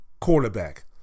quarterback